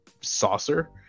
saucer